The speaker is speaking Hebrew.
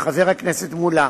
חבר הכנסת מולה,